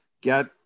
get